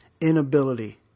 inability